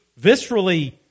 viscerally